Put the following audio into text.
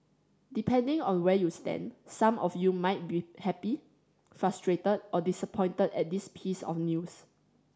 depending on where you stand some of you might be happy frustrated or disappointed at this piece of news